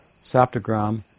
Saptagram